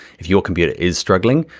if your computer is struggling,